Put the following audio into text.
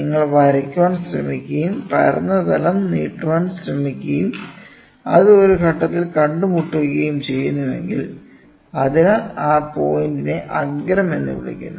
നിങ്ങൾ വരയ്ക്കാൻ ശ്രമിക്കുകയും പരന്ന തലം നീട്ടാൻ ശ്രമിക്കുകയും അത് ഒരു ഘട്ടത്തിൽ കണ്ടുമുട്ടുകയും ചെയ്യുന്നുവെങ്കിൽ അതിനാൽ ആ പോയിന്റിനെ അഗ്രം എന്ന് വിളിക്കുന്നു